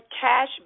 cash